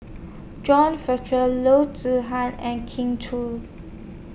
John Fraser Loo Zihan and Kin Chui